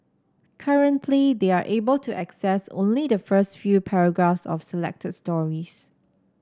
currently they are able to access only the first few paragraphs of selected stories